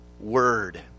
word